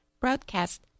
broadcast